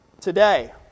today